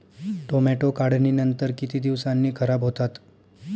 Tomato काढणीनंतर किती दिवसांनी खराब होतात?